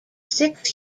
six